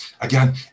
again